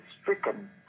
stricken